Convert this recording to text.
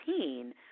2018